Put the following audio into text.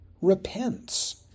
repents